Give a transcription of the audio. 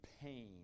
pain